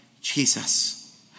Jesus